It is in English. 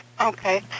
Okay